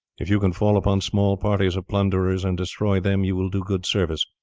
if you can fall upon small parties of plunderers and destroy them you will do good service,